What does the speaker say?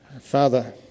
Father